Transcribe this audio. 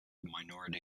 minority